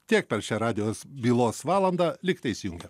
tiek per šią radijos bylos valandą likite įsijungę